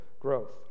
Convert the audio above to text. growth